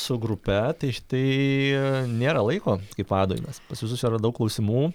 su grupe tai tai nėra laiko kaip vadui nes pas visus yra daug klausimų